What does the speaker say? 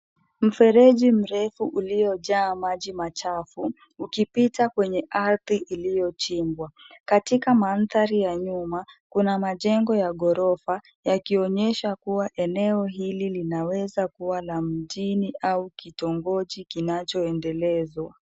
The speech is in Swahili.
Mfereji mrefu uliojaa maji machafu ukipita kwenye ardhi liyochimbwa. Katika mandthari ya nyuma kuna majengo ya ghorofa yakionyesha kuwa eneo hili linaweza kuwa la mjini au kitongoji kinachoendelezwa.